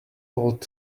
old